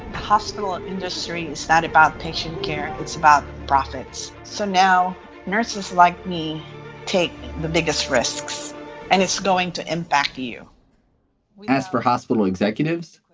hospital industry, is that about patient care? it's about profits. so now nurses like me take the biggest risks and it's going to impact you we asked for hospital executives.